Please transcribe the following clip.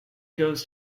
goes